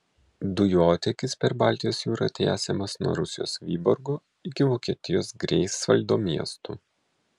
dujotiekis per baltijos jūrą tiesiamas nuo rusijos vyborgo iki vokietijos greifsvaldo miestų